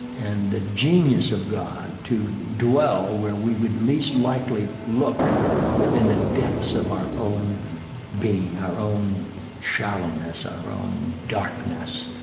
and the genius of god, to dwell where we would least likely look within the depths of our own being, our own shallowness, our own darkness,